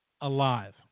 alive